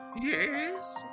Yes